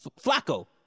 Flacco